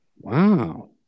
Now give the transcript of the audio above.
Wow